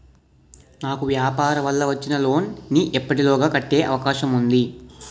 నాకు వ్యాపార వల్ల వచ్చిన లోన్ నీ ఎప్పటిలోగా కట్టే అవకాశం ఉంది?